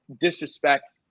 disrespect